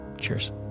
Cheers